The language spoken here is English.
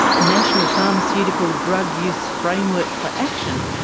a national pharmaceutical drug use framework for action,